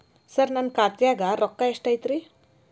ಸರ ನನ್ನ ಖಾತ್ಯಾಗ ರೊಕ್ಕ ಎಷ್ಟು ಐತಿರಿ?